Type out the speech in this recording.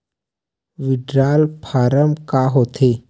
Withdrawal form का होथे?